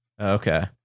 Okay